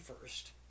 first